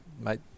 Mate